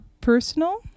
personal